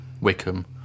Wickham